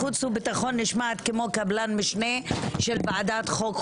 ועדת חוץ וביטחון נשמעת כמו קבלן משנה של ועדת החוקה,